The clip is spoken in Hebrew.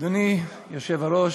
אדוני היושב-ראש,